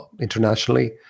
internationally